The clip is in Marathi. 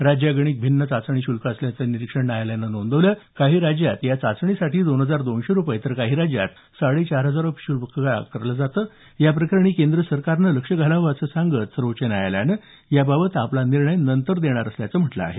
राज्यागणिक भिन्न चाचणी शुल्क असल्याचं निरीक्षण न्यायालयानं नोंदवलं आहे काही राज्यात या चाचणीसाठी दोन हजार दोनशे रुपये तर काही राज्यात साडे चार हजार रुपये शुल्क आकारलं जातं या प्रकरणी केंद्र सरकारनं लक्ष घालावं असं सांगत सर्वोच्च न्यायालयानं याबाबत आपला निर्णय नंतर देणार असल्याचं म्हटलं आहे